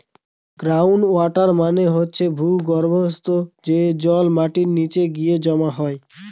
ground water মানে হচ্ছে ভূর্গভস্ত, যে জল মাটির নিচে গিয়ে জমা হয়